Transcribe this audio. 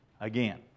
Again